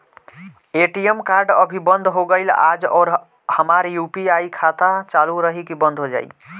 ATM card अभी बंद हो गईल आज और हमार यू.पी.आई खाता चालू रही की बन्द हो जाई?